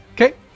Okay